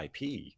IP